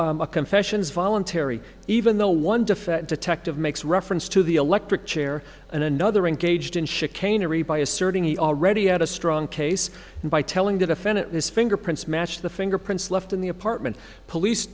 a confession is voluntary even though one defense detective makes reference to the electric chair and another engaged in chicanery by asserting he already had a strong case by telling the defendant his fingerprints matched the fingerprints left in the apartment police